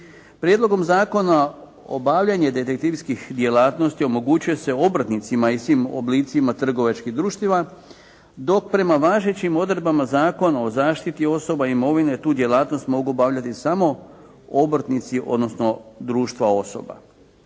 Prijedlogom zakona obavljanje detektivskih djelatnosti omogućuje se obrtnicima i svim oblicima trgovačkih društava, dok prema važećim odredbama zakona o zaštiti osoba i imovine tu djelatnost mogu obavljati samo obrtnici odnosno društva osoba.